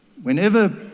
Whenever